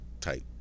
type